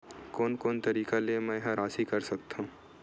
कोन कोन तरीका ले मै ह राशि कर सकथव?